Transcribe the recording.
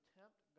tempt